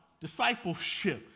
discipleship